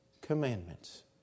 commandments